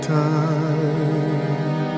time